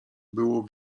było